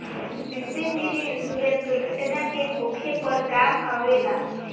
disability insurance दुर्घटना के होखे पर काम अवेला